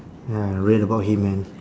ya read about him man